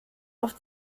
auf